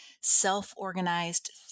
self-organized